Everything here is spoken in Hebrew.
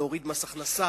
להוריד מס הכנסה.